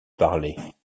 parlaient